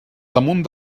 damunt